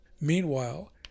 Meanwhile